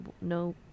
no